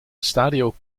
stadio